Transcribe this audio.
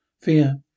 Fear